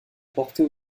portée